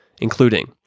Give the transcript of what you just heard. including